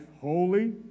holy